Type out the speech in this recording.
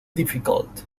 difficult